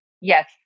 yes